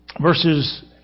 verses